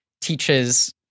teaches